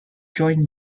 joined